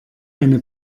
eine